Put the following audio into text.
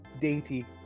dainty